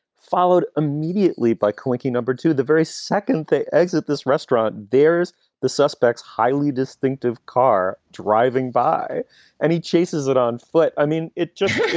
followed immediately by clicking number to the very second exit, this restaurant. there's the suspect's highly distinctive car driving by and he chases it on foot i mean, it just